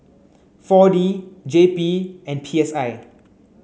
four D J P and P S I